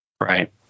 Right